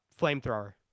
flamethrower